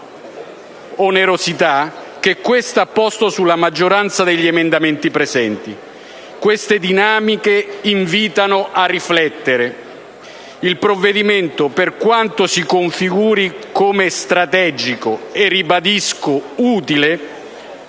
onerosità che questa ha posto sulla maggioranza degli emendamenti presentati. Queste dinamiche invitano a riflettere: il provvedimento, per quanto si configuri come strategico e - ribadisco - utile,